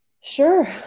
Sure